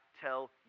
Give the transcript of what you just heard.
tell